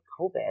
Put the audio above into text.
COVID